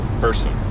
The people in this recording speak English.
person